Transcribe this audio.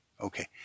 Okay